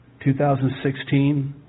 2016